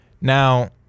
Now –